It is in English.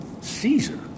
Caesar